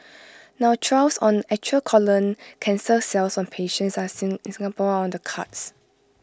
now trials on actual colon cancer cells from patients in Singapore are on the cards